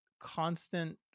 constant